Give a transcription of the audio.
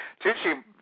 Tucci